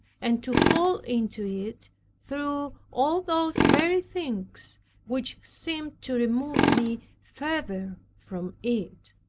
and to fall into it through all those very things which seemed to remove me further from it.